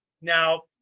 Now